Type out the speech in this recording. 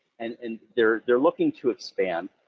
and and they're they're looking to expand,